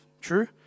True